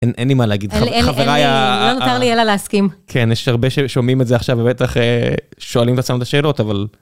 אין לי מה להגיד, חבריי ה... לא נותר לי אלא להסכים. כן, יש הרבה ששומעים את זה עכשיו, ובטח שואלים את עצמם שאלות, אבל...